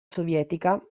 sovietica